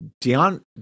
Dion